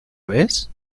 vez